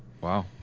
wow